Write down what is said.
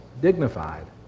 Dignified